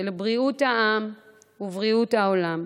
של בריאות העם ובריאות העולם,